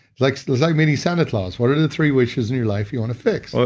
like it's like meeting santa claus. what are the three wishes in your life you want to fix?